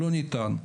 לא ניתן.